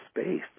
space